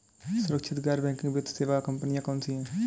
सुरक्षित गैर बैंकिंग वित्त सेवा कंपनियां कौनसी हैं?